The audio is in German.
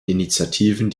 initiativen